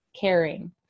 caring